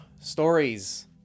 stories